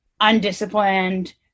undisciplined